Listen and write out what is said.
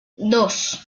dos